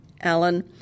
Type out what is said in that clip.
Alan